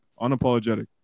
unapologetic